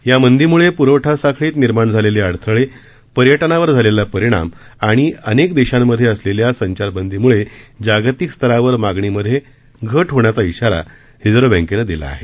या मंदीमुळे प्रवठा साखळीत निर्माण झालेले अडथळे पर्यटनावर झालेला परिणाम आणि अनेक देशांमध्ये असलेल्या संचारबंदीमुळे जागतिक स्तरावर मागणीमध्ये घट होण्याचा इशारा रिझर्व्ह बँकेनं दिला आहे